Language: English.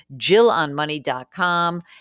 jillonmoney.com